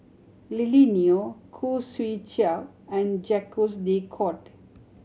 Lily Neo Khoo Swee Chiow and Jacques De Coutre